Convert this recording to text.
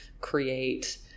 create